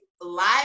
live